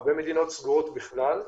הרבה מדינות סגורות בכלל,